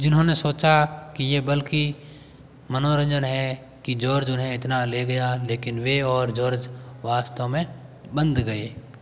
जिन्होंने सोचा कि ये बल्कि मनोरंजन है कि जॉर्ज उन्हें इतना ले गया लेकिन वे और जॉर्ज वास्तव में बंध गए